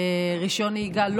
רישיון נהיגה למשל,